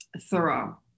thorough